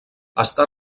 està